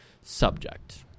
subject